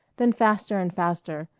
then faster and faster,